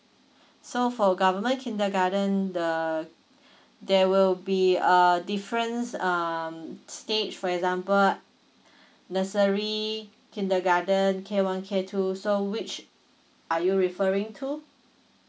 so for government kindergarten the there will be a difference um stage for example nursery kindergarten K one K two so which are you referring to